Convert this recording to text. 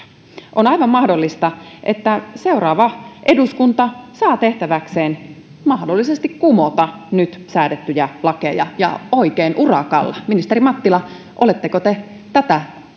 on aivan mahdollista että seuraava eduskunta saa tehtäväkseen mahdollisesti kumota nyt säädettyjä lakeja ja oikein urakalla ministeri mattila oletteko te tätä